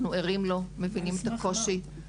אנחנו ערים לו ומבינים את הקושי.